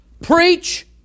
preach